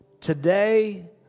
Today